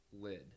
lid